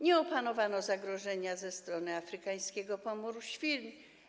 Nie opanowano zagrożenia ze strony afrykańskiego pomoru świń.